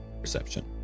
perception